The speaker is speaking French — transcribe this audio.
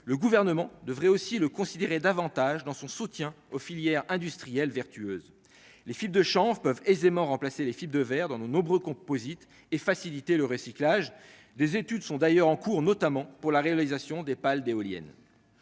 le gouvernement devrait aussi le considérer davantage dans son soutien aux filières industrielles vertueuse, les films de change peuvent aisément remplacer les fibres de verre dans nos nombreux composite et faciliter le recyclage des études sont d'ailleurs en cours, notamment pour la réalisation des pales d'éoliennes